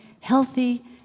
healthy